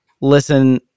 listen